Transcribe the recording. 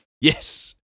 yes